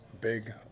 big